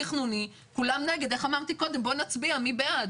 מינהל התכנון מתקדם עם התכנון.